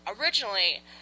originally